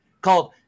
called